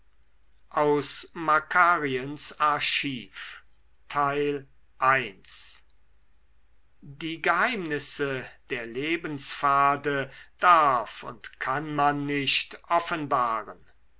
aus makariens archiv die geheimnisse der lebenspfade darf und kann man nicht offenbaren